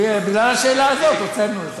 בגלל השאלה הזאת הוצאנו.